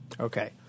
Okay